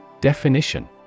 Definition